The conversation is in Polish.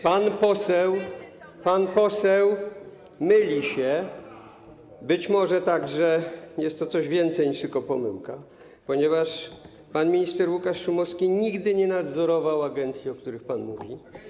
Pan poseł myli się, być może jest to coś więcej niż tylko pomyłka, ponieważ pan minister Łukasz Szumowski nigdy nie nadzorował agencji, o których pan mówił.